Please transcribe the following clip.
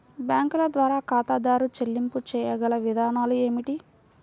బ్యాంకుల ద్వారా ఖాతాదారు చెల్లింపులు చేయగల విధానాలు ఏమిటి?